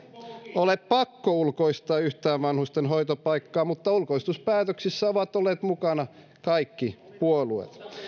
ole pakko ulkoistaa yhtään vanhusten hoitopaikkaa mutta ulkoistuspäätöksissä ovat olleet mukana kaikki puolueet